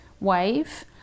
wave